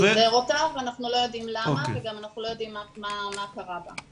פיזר אותה ואנחנו לא יודעים למה וגם אנחנו לא יודעים מה קרה בה.